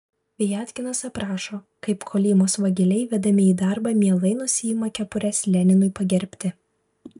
viatkinas aprašo kaip kolymos vagiliai vedami į darbą mielai nusiima kepures leninui pagerbti